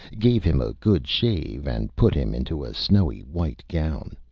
gave him a good shave, and put him into a snowy-white gown.